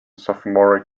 sophomoric